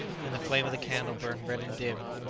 and the flame of the candle burned red and dim.